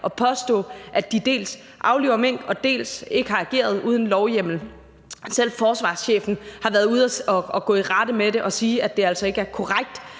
at påstå, at de dels afliver mink, dels har ageret uden lovhjemmel. Selv forsvarschefen har været ude at gå i rette med det og sige, at det altså ikke er korrekt,